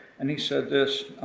and he said this,